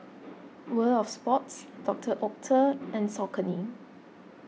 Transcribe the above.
World of Sports Doctor Oetker and Saucony